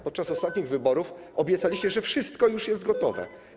Podczas ostatnich wyborów obiecaliście, że wszystko już jest gotowe.